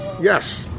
Yes